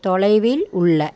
தொலைவில் உள்ள